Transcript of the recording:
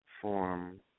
form